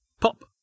Pop